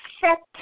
set